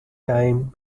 time